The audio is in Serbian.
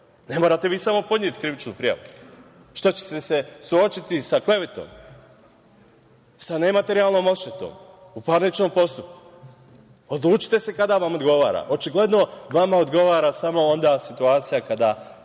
Ne morate vi samo podneti krivičnu prijavu, jel ćete se suočiti sa klevetom, sa nematerijalnom odštetom u parničnom postupku. Odlučite se kada vam odgovara. Očigledno vama odgovara samo onda situacija kada